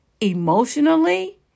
emotionally